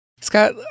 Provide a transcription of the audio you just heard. Scott